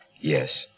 yes